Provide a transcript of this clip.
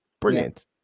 brilliant